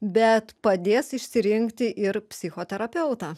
bet padės išsirinkti ir psichoterapeutą